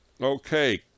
okay